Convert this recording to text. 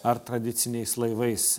ar tradiciniais laivais